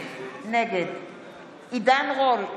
נגד עידן רול,